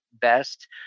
best